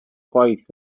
gwaith